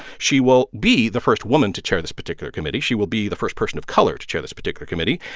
she will be the first woman to chair this particular committee. she will be the first person of color to chair this particular committee.